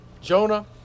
Jonah